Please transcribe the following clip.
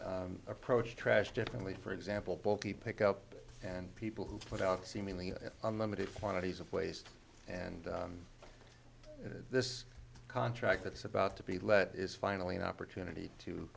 to approach trash differently for example bulky pick up and people who put out seemingly unlimited quantities of waste and this contract that's about to be let is finally an opportunity to